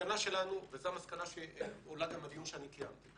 המסקנה שלנו וזאת המסקנה שגם עולה בדיון שאני קיימתי